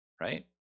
right